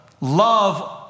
love